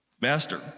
Master